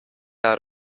out